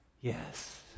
yes